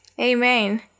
Amen